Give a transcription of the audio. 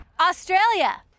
Australia